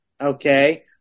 okay